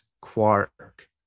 Quark